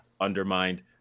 undermined